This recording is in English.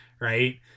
right